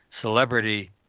celebrity